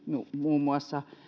muun muassa